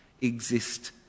exist